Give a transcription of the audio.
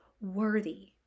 worthy